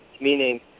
Meaning